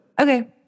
Okay